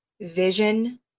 vision